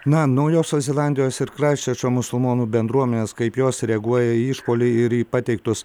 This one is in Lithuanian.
na naujosios zelandijos ir kraisčerčo musulmonų bendruomenės kaip jos reaguoja į išpuolį ir į pateiktus